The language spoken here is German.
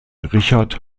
richard